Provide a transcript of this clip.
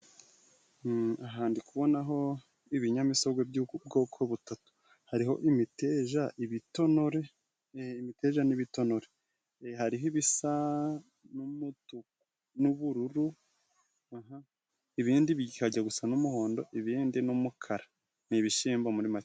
Aha ndi kubonaho ibinyamisogwe by'ubwoko butatu. Hariho imiteja, ibitonore, imiteja n'ibitonore. Hariho ibisa n'umutuku n'ubururu ibindi bikajya gusa n'umuhondo ibindi n'umukara. Ni ibishyimbo muri make.